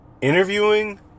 interviewing